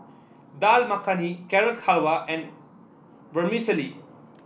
Dal Makhani Carrot Halwa and Vermicelli